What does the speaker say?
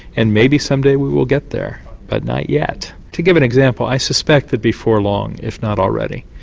and maybe someday we will get there but not yet. to give an example, i suspect that before long, if not already,